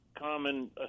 common